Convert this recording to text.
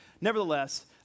Nevertheless